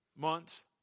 months